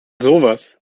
sowas